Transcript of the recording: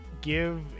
give